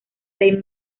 seis